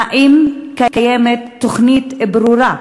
האם קיימת תוכנית ברורה?